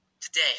today